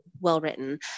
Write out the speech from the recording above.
well-written